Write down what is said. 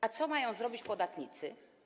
A co mają zrobić podatnicy?